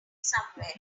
somewhere